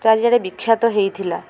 ଚାରିଆଡ଼େ ବିଖ୍ୟାତ ହେଇଥିଲା